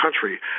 country